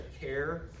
care